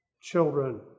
children